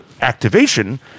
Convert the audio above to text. activation